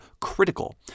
critical